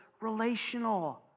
relational